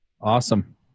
Awesome